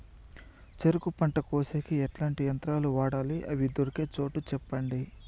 చెరుకు పంట కోసేకి ఎట్లాంటి యంత్రాలు వాడాలి? అవి దొరికే చోటు చెప్పండి?